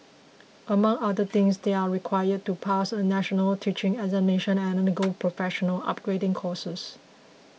among other things they are required to pass a national teaching examination and undergo professional upgrading courses